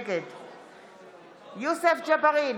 נגד יוסף ג'בארין,